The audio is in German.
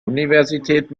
universität